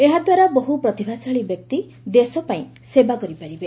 ଏହା ଦ୍ୱାରା ବହୁ ପ୍ରତିଭାଶାଳୀ ବ୍ୟକ୍ତି ଦେଶ ପାଇଁ ସେବା କରିପାରିବେ